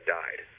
died